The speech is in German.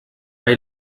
bei